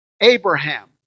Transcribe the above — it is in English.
Abraham